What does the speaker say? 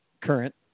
current